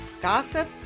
Gossip